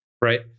right